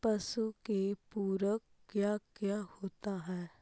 पशु के पुरक क्या क्या होता हो?